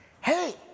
hey